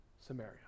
Samaria